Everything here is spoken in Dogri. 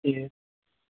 ठीक ऐ